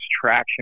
traction